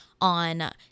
on